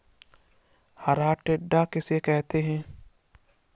हरा टिड्डा किसे कहते हैं?